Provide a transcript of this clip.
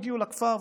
הגיעו לכפר,